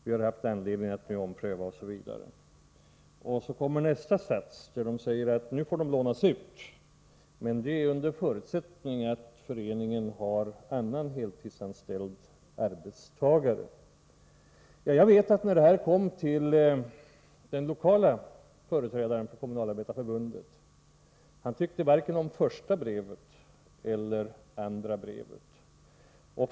Vi har haft anledning att ompröva denna uppfattning ——-—.” I nästa sats skriver man att de nu får lånas ut, ”under förutsättning att föreningen har annan heltidsanställd arbetstagare”. När denna skrivelse kom till den lokala företrädaren för Kommunalarbetareförbundet sade han att han varken tyckte om det första eller det andra brevet.